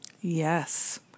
Yes